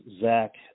Zach